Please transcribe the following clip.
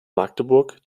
magdeburg